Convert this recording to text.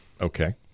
Okay